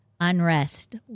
unrest